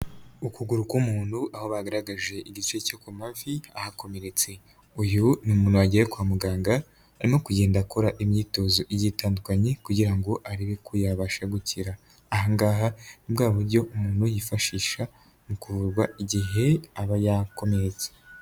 Ukuguru k'umuntu aho bagaragaje igise cyo ku mavi ahakomeretse, uyu ni umuntu wagiye kwa muganga, arimo kugenda akora imyitozo igiye itandukanye kugira ngo arebe ko yabasha gukira, aha ngaha ni bwa buryo umuntu yifashisha mu kuvurwa igihe aba yakomeretse.